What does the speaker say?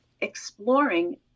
exploring